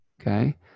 okay